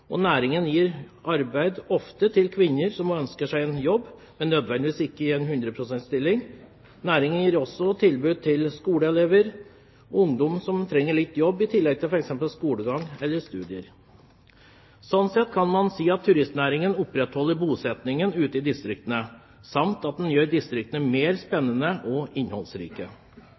og næringen gir ofte arbeid til kvinner som ønsker seg en jobb, men ikke nødvendigvis en 100 pst. stilling. Næringen gir også tilbud til skoleelever og ungdom som trenger å jobbe litt i tillegg til f.eks. skolegang eller studier. Sånn sett kan man si at turistnæringen opprettholder bosettingen ute i distriktene, samt at den gjør distriktene mer spennende og innholdsrike.